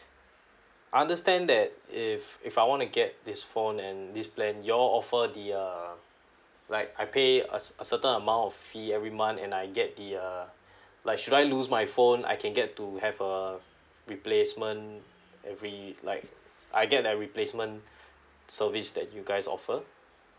I understand that if if I want to get this phone and this plan you all offer the uh like I pay a a certain amount of fee every month and I get the uh like should I lose my phone I can get to have a replacement every like I get that replacement service that you guys offer